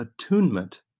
attunement